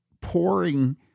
pouring